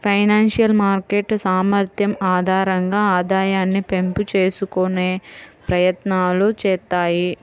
financial market సామర్థ్యం ఆధారంగా ఆదాయాన్ని పెంపు చేసుకునే ప్రయత్నాలు చేత్తాయి